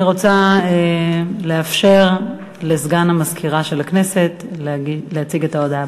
אני רוצה לאפשר לסגן מזכירת הכנסת להציג הודעה,